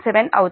7అవుతుంది